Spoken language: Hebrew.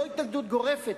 לא התנגדות גורפת,